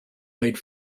made